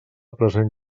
present